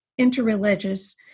interreligious